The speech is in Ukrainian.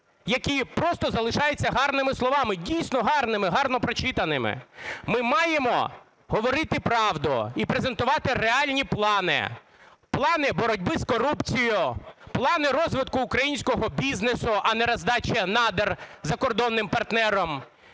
які просто залишаються гарними словами, дійсно, гарними, гарно прочитаними. Ми маємо говорити правду і презентувати реальні плани: плани боротьби з корупцією, плани розвитку українського бізнесу, а не роздача надр закордонним партнерам;